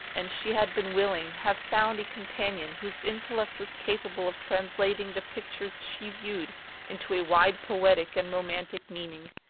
and she had been willing, have found a companion whose intellect was capable of translating the pictures she viewed into a wide poetic and romantic meaning.